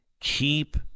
keep